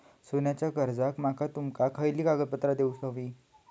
सोन्याच्या कर्जाक माका तुमका खयली कागदपत्रा देऊक व्हयी?